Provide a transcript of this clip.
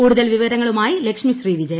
കൂടുതൽ വിവരങ്ങളുമായി ലക്ഷ്മി ശ്രീ വിജയ